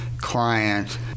client